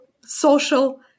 social